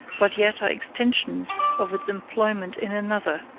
but yet are extensions of its employment in another,